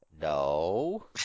No